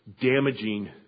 damaging